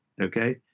okay